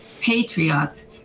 patriots